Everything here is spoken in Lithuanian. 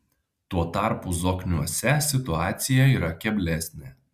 tuo tarpu zokniuose situacija yra keblesnė